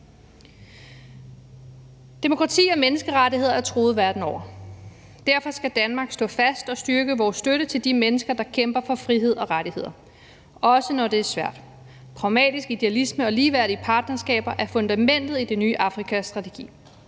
Demokrati og menneskerettigheder er truet verden over. Derfor skal Danmark stå fast og styrke sin støtte til de mennesker, der kæmper for frihed og rettigheder, også når det er svært. Pragmatisk idealisme og ligeværdige partnerskaber er fundamentet i den nye Afrikastrategi.